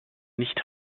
nicht